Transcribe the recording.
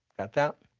got that?